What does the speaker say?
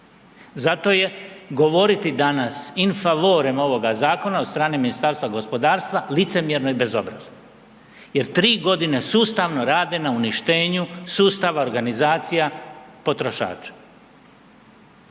Zato je govoriti danas in favorem ovoga zakona od strane Ministarstva gospodarstva licemjerno i bezobrazno jer tri godine sustavno rade na uništenju sustava organizacija potrošača.